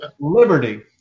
Liberty